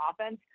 offense